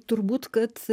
turbūt kad